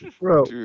bro